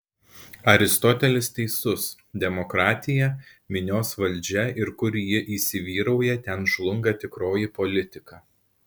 aristotelis teisus demokratija minios valdžia ir kur ji įsivyrauja ten žlunga tikroji politika